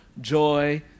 joy